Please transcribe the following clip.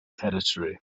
territory